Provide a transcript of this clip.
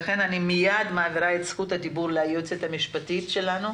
לכן אני מייד מעבירה את זכות הדיבור ליועצת המשפטית שלנו,